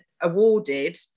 awarded